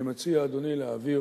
אני מציע, אדוני, להעביר